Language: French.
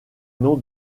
non